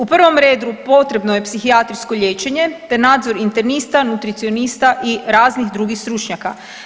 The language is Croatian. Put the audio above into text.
U prvom redu potrebno je psihijatrijsko liječenje te nadzor internista, nutricionista i raznih drugih stručnjaka.